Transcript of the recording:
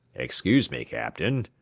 excuse me, captain,